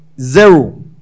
zero